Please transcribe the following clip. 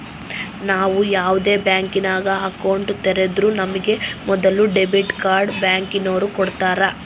ನಾವು ಯಾವ್ದೇ ಬ್ಯಾಂಕಿನಾಗ ಅಕೌಂಟ್ ತೆರುದ್ರೂ ನಮಿಗೆ ಮೊದುಲು ಡೆಬಿಟ್ ಕಾರ್ಡ್ನ ಬ್ಯಾಂಕಿನೋರು ಕೊಡ್ತಾರ